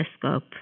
telescope